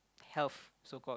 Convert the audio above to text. health so called